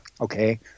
Okay